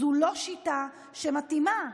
זו לא שיטה מתאימה.